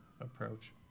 approach